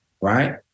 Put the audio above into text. right